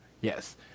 Yes